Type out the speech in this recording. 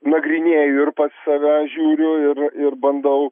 nagrinėju ir pats save žiūriu ir ir bandau